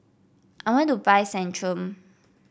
I want to buy Centrum